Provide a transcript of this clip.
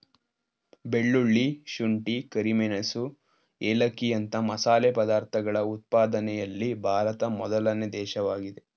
ಬೆಳ್ಳುಳ್ಳಿ, ಶುಂಠಿ, ಕರಿಮೆಣಸು ಏಲಕ್ಕಿಯಂತ ಮಸಾಲೆ ಪದಾರ್ಥಗಳ ಉತ್ಪಾದನೆಯಲ್ಲಿ ಭಾರತ ಮೊದಲನೇ ದೇಶವಾಗಿದೆ